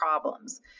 problems